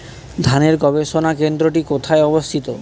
ধানের গবষণা কেন্দ্রটি কোথায় অবস্থিত?